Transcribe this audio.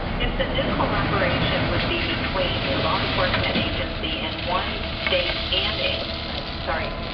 if the new collaboration would be between a law enforcement agency and one state and a like sorry